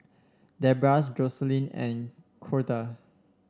Debra Joselyn and Corda